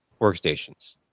workstations